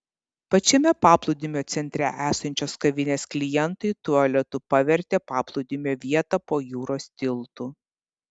pačiame paplūdimio centre esančios kavinės klientai tualetu pavertė paplūdimio vietą po jūros tiltu